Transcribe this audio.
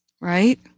Right